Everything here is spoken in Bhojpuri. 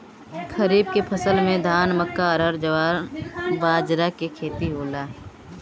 खरीफ के फसल में धान, मक्का, अरहर, जवार, बजरा के खेती होला